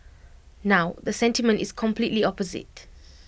now the sentiment is completely opposite